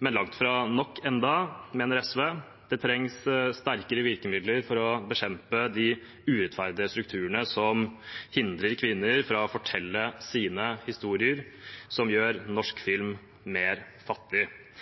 men enda langt fra nok, mener SV. Det trengs sterkere virkemidler for å bekjempe de urettferdige strukturene som hindrer kvinner i å fortelle sine historier, og som gjør norsk film mer fattig.